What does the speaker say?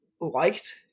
liked